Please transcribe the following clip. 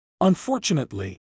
Unfortunately